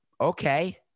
Okay